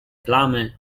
plamy